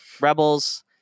rebels